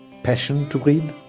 passion to read.